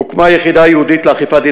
הוקמה יחידה ייעודית לאכיפת דיני